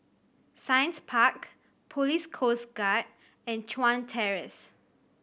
Science Park Police Coast Guard and Chuan Terrace